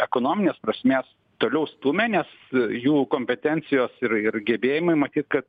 ekonominės prasmės toliau stumia nes jų kompetencijos ir ir gebėjimai matyt kad